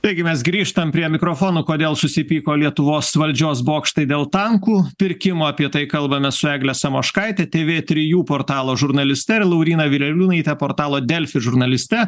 taigi mes grįžtam prie mikrofono kodėl susipyko lietuvos valdžios bokštai dėl tankų pirkimo apie tai kalbame su egle samoškaite tė vė trijų portalo žurnaliste ir lauryna vireliūnaite portalo delfi žurnaliste